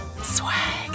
Swag